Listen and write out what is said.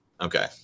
Okay